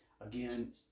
again